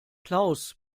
klaus